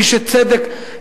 מי שצדק,